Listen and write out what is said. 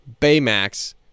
Baymax